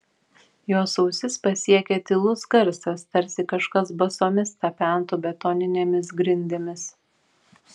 jos ausis pasiekė tylus garsas tarsi kažkas basomis tapentų betoninėmis grindimis